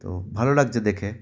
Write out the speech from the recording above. তো ভালো লাগছে দেখে